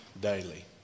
daily